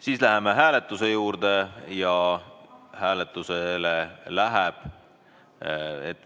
Seejärel läheme hääletuse juurde ja hääletusele läheb